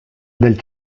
del